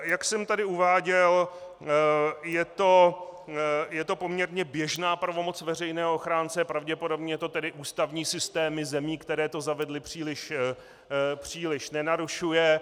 Jak jsem tady uváděl, je to poměrně běžná pravomoc veřejného ochránce, pravděpodobně to tedy ústavní systémy zemí, které to zavedly, příliš nenarušuje.